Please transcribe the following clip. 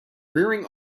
rearing